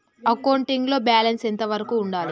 Accounting లో balance ఎంత వరకు ఉండాలి?